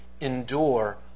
endure